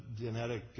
genetic